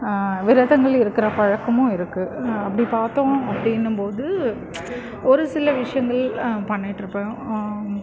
விரதங்கள் இருக்கிற பழக்கமும் இருக்குது அப்படி பார்த்தோம் அப்படின்னும் போது ஒரு சில விஷயங்கள் பண்ணிட்டுருப்பேன்